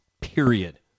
Period